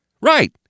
Right